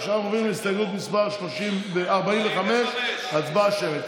עכשיו עוברים להסתייגות מס' 45. הצבעה שמית.